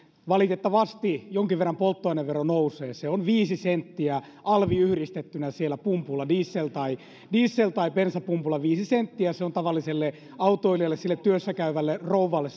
valitettavasti jonkin verran polttoainevero nousee se on viisi senttiä alvi yhdistettynä diesel tai diesel tai bensapumpulla viisi senttiä se on tavalliselle autoilijalle sille työssä käyvälle rouvalle